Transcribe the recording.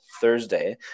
Thursday